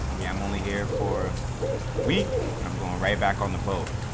yeah i'm only here for a week and i'm going right back on the boat.